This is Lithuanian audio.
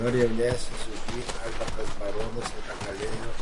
dar jaunesnis už jį albertas baronas nebegalėjo